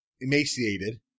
Emaciated